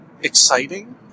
exciting